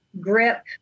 grip